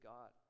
God